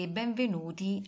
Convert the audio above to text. benvenuti